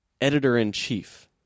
editor-in-chief